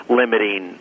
limiting